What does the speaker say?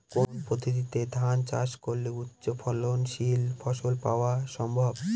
কোন পদ্ধতিতে ধান চাষ করলে উচ্চফলনশীল ফসল পাওয়া সম্ভব?